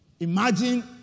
Imagine